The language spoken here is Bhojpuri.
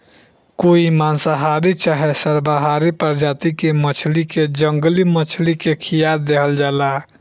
कोई मांसाहारी चाहे सर्वाहारी प्रजाति के मछली के जंगली मछली के खीया देहल जाला